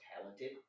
talented